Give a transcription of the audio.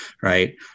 right